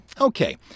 Okay